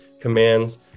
commands